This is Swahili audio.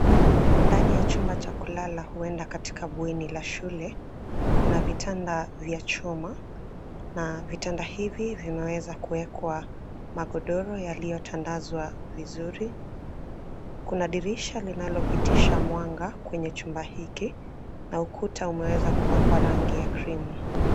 Ndani ya chumba cha kulala, huenda katika bweni la shule, kuna vitanda vya chuma. Na vitanda hivi vimeweza kuwekwa magodoro yaliyotandazwa vizuri .Kuna dirisha linalopitisha mwanga kwenye chumba hiki na ukuta umeweza kupakwa rangi ya cream .